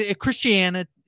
Christianity